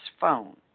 phone